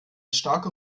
starker